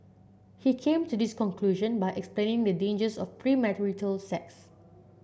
he came to this conclusion by explaining the dangers of premarital sex